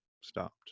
stopped